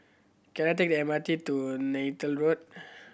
can I take M R T to Neythal Road